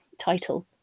title